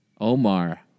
Omar